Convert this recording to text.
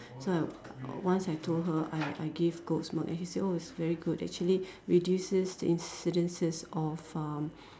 so I once I told her I I give goat's milk and she said oh it's very good actually reduces the incidences of um